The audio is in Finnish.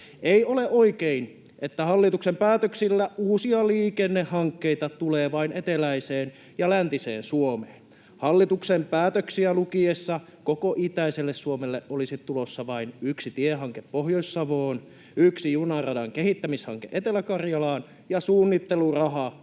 Ei ole oikein, että hallituksen päätöksillä uusia liikennehankkeita tulee vain eteläiseen ja läntiseen Suomeen. Hallituksen päätöksiä lukiessa koko itäiselle Suomelle olisi tulossa vain yksi tiehanke Pohjois-Savoon, yksi junaradan kehittämishanke Etelä-Karjalaan ja suunnitteluraha yhdelle